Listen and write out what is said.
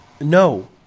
no